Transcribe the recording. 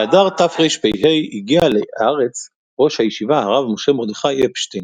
באדר תרפ"ה הגיע לארץ ראש הישיבה הרב משה מרדכי אפשטיין.